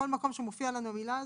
בכל מקום שמופיעה המילה הזאת,